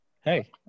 hey